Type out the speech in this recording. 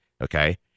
okay